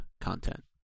content